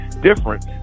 different